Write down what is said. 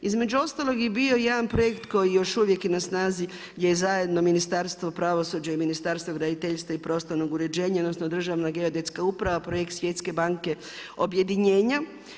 Između ostalog i bio je još jedan projekt koji je još uvijek na snazi gdje zajedno Ministarstvo pravosuđa i Ministarstvo graditeljstva i prostornog uređenja, odnosno državna geodetska uprava, projekt Svjetske banke objedinjenja.